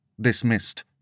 Dismissed